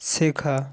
শেখা